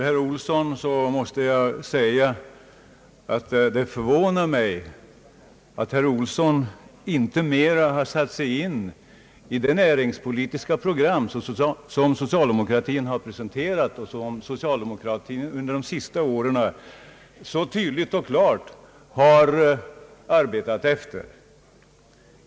Herr talman! Det förvånar mig att herr Olsson inte har satt sig in i det näringspolitiska program som socialdemokraterna presenterat och som vi under de senaste åren så tydligt och klart arbetat efter.